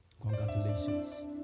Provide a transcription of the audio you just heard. Congratulations